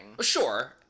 Sure